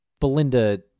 Belinda